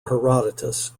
herodotus